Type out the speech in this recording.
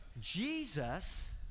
Jesus